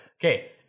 Okay